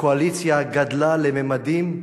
הקואליציה גדלה לממדים,